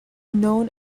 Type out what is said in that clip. known